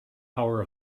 power